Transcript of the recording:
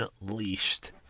Unleashed